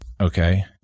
Okay